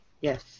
Yes